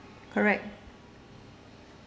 correct